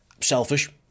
selfish